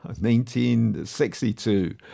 1962